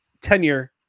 tenure